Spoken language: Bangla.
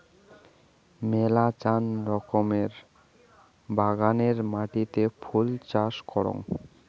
মেলাচান রকমের বাগানের মাটিতে ফুল চাষ করাং